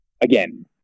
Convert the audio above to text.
again